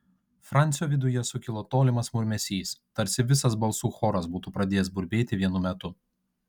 francio viduje sukilo tolimas murmesys tarsi visas balsų choras būtų pradėjęs burbėti vienu metu